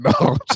no